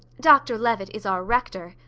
dr levitt is our rector,